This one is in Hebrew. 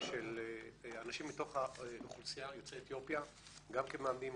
של אנשים מתוך האוכלוסייה יוצאי אתיופיה גם כמאמנים,